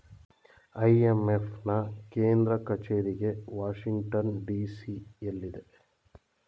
IMF ನಾ ಕೇಂದ್ರ ಕಚೇರಿಗೆ ವಾಷಿಂಗ್ಟನ್ ಡಿ.ಸಿ ಎಲ್ಲಿದೆ